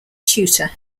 tutor